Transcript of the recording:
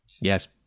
Yes